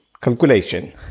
calculation